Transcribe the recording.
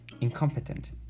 incompetent